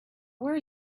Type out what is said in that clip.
were